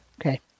Okay